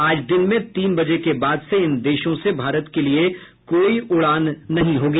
आज दिन में तीन बजे के बाद से इन देशों से भारत के लिए कोई उड़ान नहीं हुई